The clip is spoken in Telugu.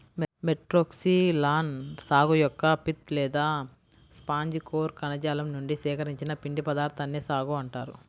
మెట్రోక్సిలాన్ సాగు యొక్క పిత్ లేదా స్పాంజి కోర్ కణజాలం నుండి సేకరించిన పిండి పదార్థాన్నే సాగో అంటారు